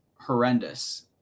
horrendous